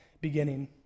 beginning